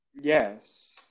Yes